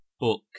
Book